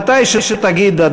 בהמשך יהיו לי, מתי שתגיד,